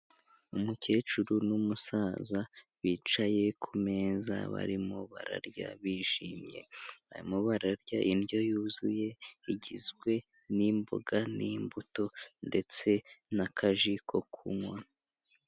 Umukecuru n'umusaza bicaye ku meza barimo bararya bishimye, barimo bararya indyo yuzuye igizwe n'imboga n'imbuto ndetse n'akaji ko kunywa.